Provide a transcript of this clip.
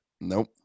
Nope